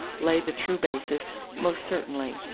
lay the true basis, most certainly,